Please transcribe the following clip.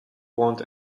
want